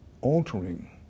altering